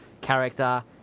character